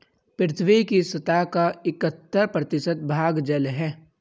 पृथ्वी की सतह का इकहत्तर प्रतिशत भाग जल है